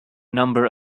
number